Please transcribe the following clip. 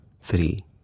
three